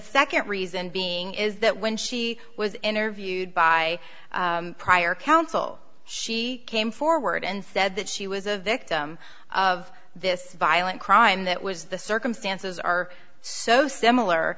second reason being is that when she was interviewed by prior counsel she came forward and said that she was a victim of this violent crime that was the circumstances are so similar